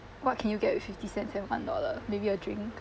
what can you get with fifty cents and one dollar maybe a drink